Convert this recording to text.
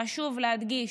חשוב להדגיש